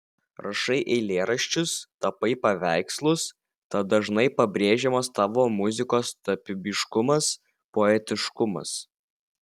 rašai eilėraščius tapai paveikslus tad dažnai pabrėžiamas tavo muzikos tapybiškumas poetiškumas